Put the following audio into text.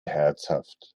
herzhaft